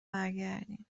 برگردین